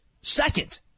Second